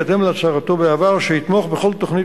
בהתאם להצהרתו בעבר שיתמוך בכל תוכנית